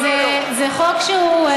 זה חוק שהוא,